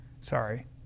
Sorry